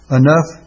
enough